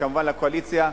וכמובן לקואליציה,